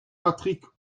patrick